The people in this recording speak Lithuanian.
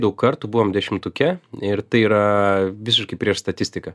daug kartų buvom dešimtuke ir tai yra visiškai prieš statistiką